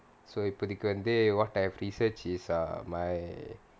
so a particular day what I have researched is uh my